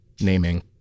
naming